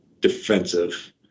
defensive